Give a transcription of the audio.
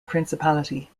principality